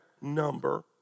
number